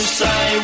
say